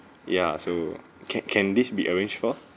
ya so can can this be arrange for